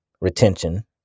retention